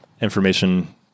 information